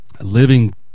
living